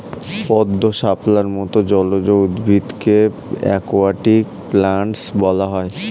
পদ্ম, শাপলার মত জলজ উদ্ভিদকে অ্যাকোয়াটিক প্ল্যান্টস বলা হয়